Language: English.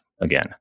again